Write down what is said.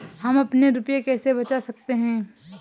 हम अपने रुपये कैसे बचा सकते हैं?